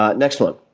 ah next one.